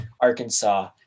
Arkansas